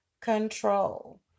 control